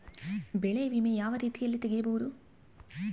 ಬೆಳೆ ವಿಮೆ ಯಾವ ರೇತಿಯಲ್ಲಿ ತಗಬಹುದು?